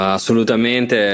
Assolutamente